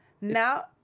now